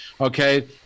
okay